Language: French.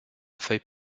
feuilles